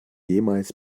jemals